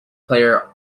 player